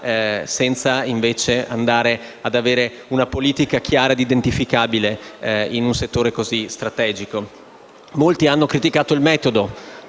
finanziamenti qua e là, senza una politica chiara e identificabile in un settore così strategico. Molti hanno criticato il metodo